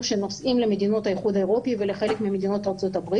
שנוסעים למדינות האיחוד האירופי ולחלק ממדינות ארה"ב,